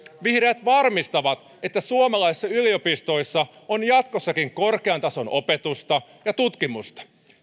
vihreät varmistaa että suomalaisissa yliopistoissa on jatkossakin korkean tason opetusta ja tutkimusta